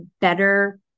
better